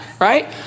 right